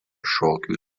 šokių